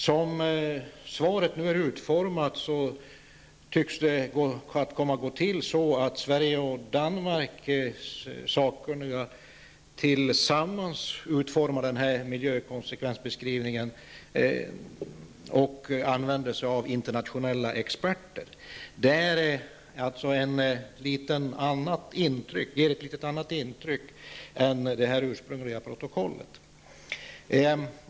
Som svaret är utformat tycks det nu komma att gå till så att Sveriges och Danmarks sakkunniga tillsammans utformar den här miljökonsekvensbeskrivningen och använder sig av internationella experter. Det ger ett litet annat intryck än det ursprungliga protokollet.